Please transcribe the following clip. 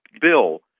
bill